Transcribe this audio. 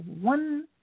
one